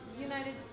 United